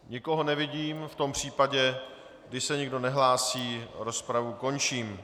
Nikoho nevidím, v tom případě, když se nikdo nehlásí, rozpravu končím.